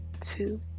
two